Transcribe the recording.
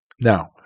Now